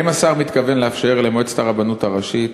האם השר מתכוון לאפשר למועצת הרבנות הראשית